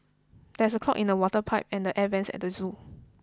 there is a clog in the toilet pipe and the air vents at the zoo